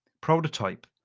prototype